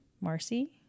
Marcy